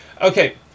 okay